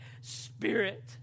spirit